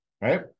right